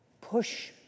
push